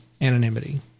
anonymity